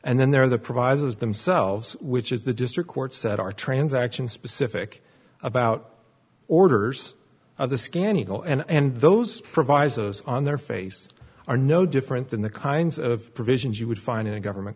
and then there are the provisos themselves which is the district courts that are transaction specific about orders of the scan eagle and those provisos on their face are no different than the kinds of provisions you would find in a government